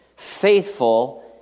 faithful